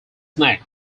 knack